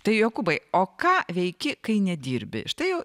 tai jokūbai o ką veiki kai nedirbi štai jau